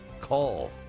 call